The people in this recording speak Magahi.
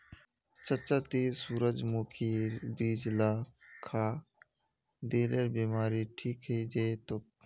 चच्चा ती सूरजमुखीर बीज ला खा, दिलेर बीमारी ठीक हइ जै तोक